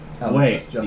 Wait